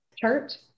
chart